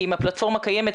כי אם הפלטפורמה קיימת,